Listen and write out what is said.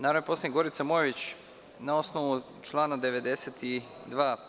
Narodni poslanik Gorica Mojović, na osnovu člana 92.